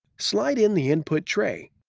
slide in the input tray.